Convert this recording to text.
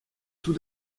tout